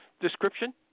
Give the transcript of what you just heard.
description